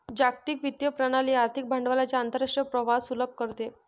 जागतिक वित्तीय प्रणाली आर्थिक भांडवलाच्या आंतरराष्ट्रीय प्रवाहास सुलभ करते